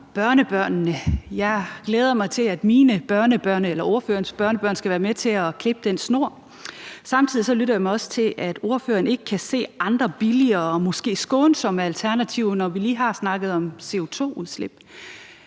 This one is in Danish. eller ordførerens børnebørn skal være med til at klippe den snor. Samtidig lytter jeg mig også til, at ordføreren ikke kan se andre billigere og måske mere skånsomme alternativer, når vi lige har snakket om CO2-udslip.